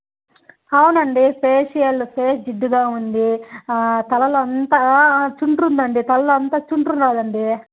అవునండి facial face జిడ్డుగా ఉంది తలలో అంతా చుండ్రు ఉందండి తలలో అంతా చుండ్రు ఉందండి